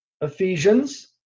Ephesians